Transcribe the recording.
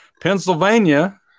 Pennsylvania